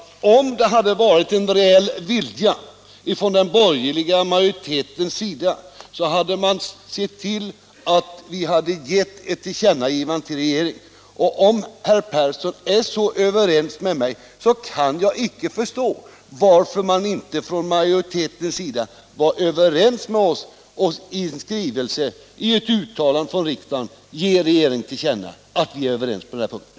Om det hade funnits en reell vilja hos den borgerliga majoriteten hade den sett till att regeringen hade fått ett tillkännagivande i denna fråga. Om herr Persson är överens med mig kan jag inte förstå varför inte majoriteten med oss kunde göra ett uttalande från riksdagen att ge regeringen till känna att vi är överens på den punkten.